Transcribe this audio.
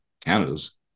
canada's